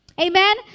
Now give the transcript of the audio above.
amen